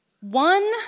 one